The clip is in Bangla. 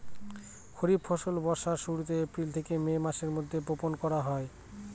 খরিফ ফসল বর্ষার শুরুতে, এপ্রিল থেকে মে মাসের মধ্যে, বপন করা হয়